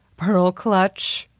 pearl clutch.